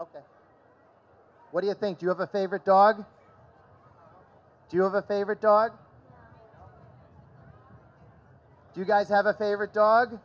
there what do you think you have a favorite dog do you have a favorite dog do you guys have a favorite dog